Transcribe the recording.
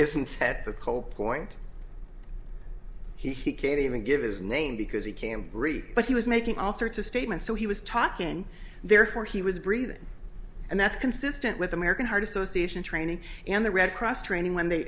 isn't that the cold point he can't even give his name because he can't breathe but he was making all sorts of statements so he was talking therefore he was breathing and that's consistent with american heart association training and the red cross training when they